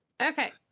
Okay